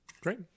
Great